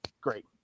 great